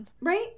Right